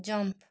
jump